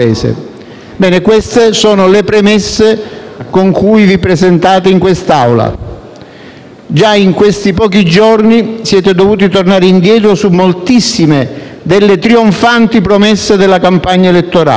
Queste sono le premesse con cui vi presentate in quest'Aula. Già in questi pochi giorni siete dovuti tornare indietro su moltissime delle trionfanti promesse della campagna elettorale.